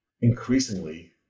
increasingly